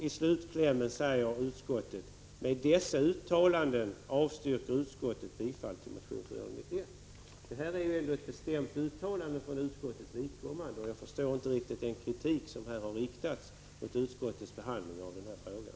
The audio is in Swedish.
I slutklämmen skriver utskottet: Detta är ett bestämt uttalande från utskottet, och jag förstår inte riktigt den kritik som har riktats mot utskottets behandling av frågan.